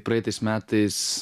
praeitais metais